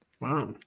Wow